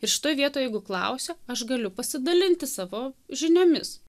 ir šitoj vietoj jeigu klausia aš galiu pasidalinti savo žiniomis